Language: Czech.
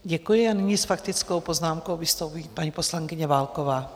Děkuji a nyní s faktickou poznámkou vystoupí paní poslankyně Válková.